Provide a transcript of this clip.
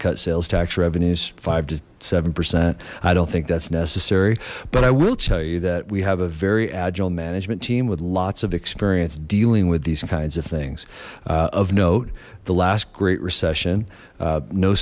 cut sales tax revenues five to seven percent i don't think that's necessary but i will tell you that we have a very agile management team with lots of experience dealing with these kinds of things of note the last great recession